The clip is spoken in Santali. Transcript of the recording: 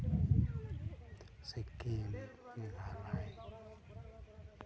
ᱥᱤᱠᱤᱢ ᱢᱮᱜᱷᱟᱞᱚᱭ